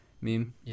meme